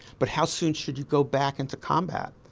but how soon should you go back into combat?